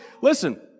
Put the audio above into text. listen